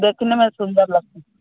देखने में सुंदर लगे